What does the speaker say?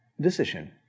decision